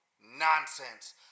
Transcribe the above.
Nonsense